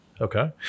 Okay